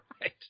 right